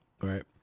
right